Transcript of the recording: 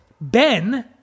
Ben